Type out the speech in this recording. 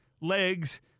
legs